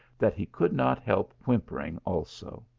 that he could not help whimpering also.